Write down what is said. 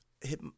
hit